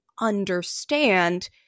understand